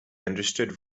understood